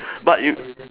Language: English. but you